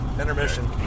Intermission